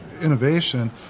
innovation